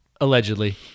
allegedly